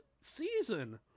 season